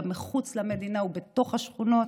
גם מחוץ למדינה ובתוך השכונות.